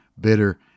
Bitter